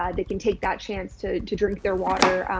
ah they can take that chance to, to drink their water,